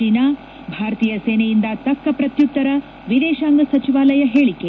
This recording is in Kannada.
ಚೀನಾ ಭಾರತೀಯ ಸೇನೆಯಿಂದ ತಕ್ಕ ಪ್ರತ್ಯುತ್ತರ ವಿದೇಶಾಂಗ ಸಚಿವಾಲಯ ಹೇಳಿಕೆ